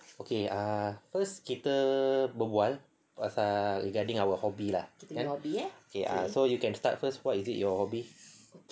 okay ah first kita berbual pasal regarding our hobby lah okay ah so you can first what is it your hobby